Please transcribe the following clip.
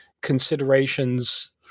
considerations